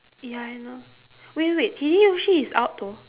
ya I know wait wait wait hideyoshi is out though